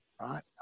right